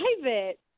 private